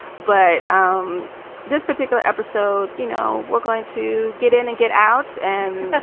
but um this particular episode, you know, we're going to get in and get out and